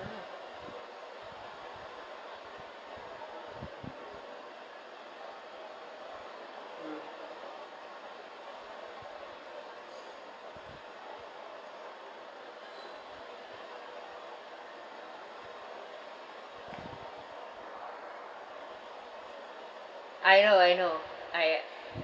mm mm I know I know I